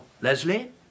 Leslie